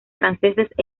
franceses